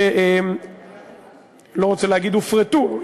שאני לא רוצה להגיד "הופרטו",